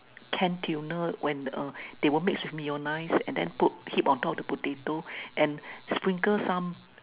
canned tuna when uh they were mixed with mayonnaise and then put on top of the potato and sprinkle some